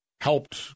helped